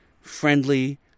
friendly